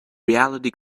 reality